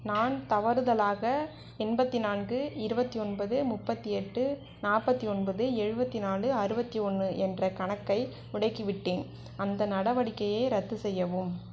நான் தவறுதலாக எண்பத்து நான்கு இருபத்தி ஒன்பது முப்பத்து எட்டு நாற்பத்தி ஒன்பது எழுபத்தி நாலு அறுபத்தி ஒன்று என்ற கணக்கை முடக்கிவிட்டேன் அந்த நடவடிக்கையை ரத்து செய்யவும்